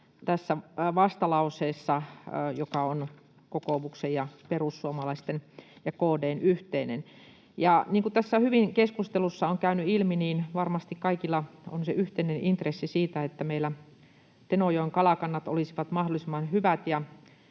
tässä vastalauseessa, joka on kokoomuksen, perussuomalaisten ja KD:n yhteinen. Niin kuin tässä keskustelussa on hyvin käynyt ilmi, niin varmasti kaikilla on yhteinen intressi siitä, että meillä Tenojoen kalakannat olisivat mahdollisimman hyvät